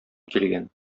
килгән